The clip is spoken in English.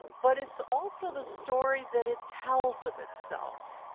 but it's also the story that it tells of itself.